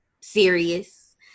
serious